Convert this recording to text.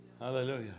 Hallelujah